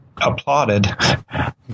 applauded